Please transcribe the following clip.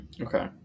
Okay